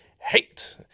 hate